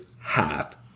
half